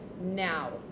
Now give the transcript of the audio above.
now